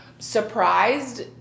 surprised